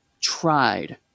tried